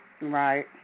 Right